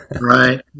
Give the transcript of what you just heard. Right